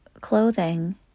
clothing